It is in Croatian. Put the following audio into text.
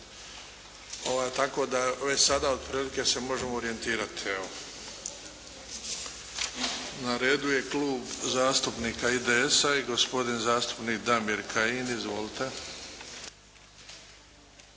tako da već sada otprilike se možemo orijentirati. Na redu je Klub zastupnika IDS-a i gospodin zastupnik Damir Kajin. Izvolite.